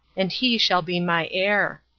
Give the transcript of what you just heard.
and he shall be my heir.